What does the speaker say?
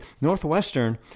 Northwestern